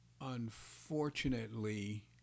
unfortunately